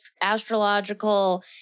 astrological